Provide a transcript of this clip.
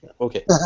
Okay